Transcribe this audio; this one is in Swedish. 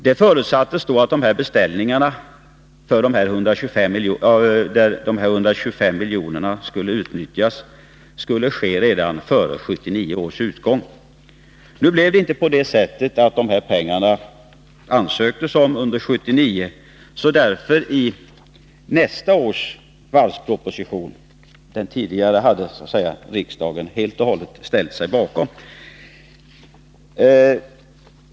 Det förutsattes då att beställningarna, för vilka 125 milj.kr. kunde utnyttjas, skulle göras redan före 1979 års utgång. Riksdagen ställde sig bakom propositionen. Nu blev det inte så att någon ansökte om dessa pengar under 1979.